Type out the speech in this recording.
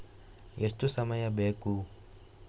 ಎಷ್ಟು ಸಮಯ ಬೇಕು?